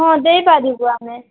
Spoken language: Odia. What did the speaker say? ହଁ ଦେଇପାରିବୁ ଆମେ